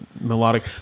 melodic